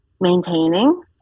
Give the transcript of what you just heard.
maintaining